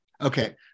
Okay